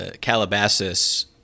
Calabasas